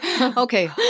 okay